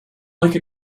like